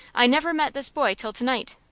i never met this boy till to-night.